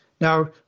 Now